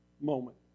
moment